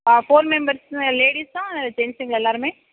ஆ four members லேடிஸ்சா ஜென்சுங்களா எல்லாருமே